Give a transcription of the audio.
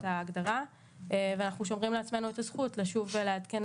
ההגדרה ואנחנו שומרים לעצמנו את הזכות לשוב ולעדכן